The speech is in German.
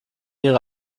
ihre